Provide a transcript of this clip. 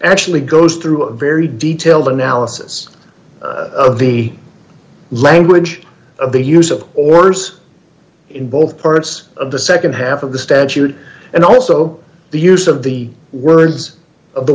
actually goes through a very detailed analysis of the language of the use of orders in both parts of the nd half of the statute and also the use of the words of the